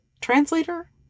translator